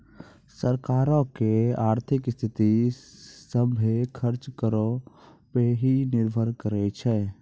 सरकारो के आर्थिक स्थिति, सभ्भे खर्च करो पे ही निर्भर करै छै